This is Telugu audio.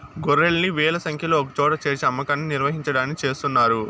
గొర్రెల్ని వేల సంఖ్యలో ఒకచోట చేర్చి అమ్మకాన్ని నిర్వహించడాన్ని చేస్తున్నారు